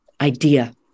idea